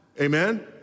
Amen